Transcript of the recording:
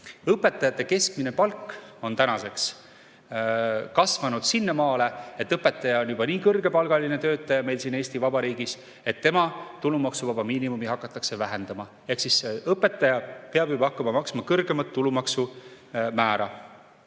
Õpetajate keskmine palk on tänaseks kasvanud sinnamaale, et õpetaja on juba nii kõrgepalgaline töötaja meil siin Eesti Vabariigis, et tema tulumaksuvaba miinimumi hakatakse vähendama. Ehk õpetaja peab hakkama maksma kõrgemat tulumaksu määra.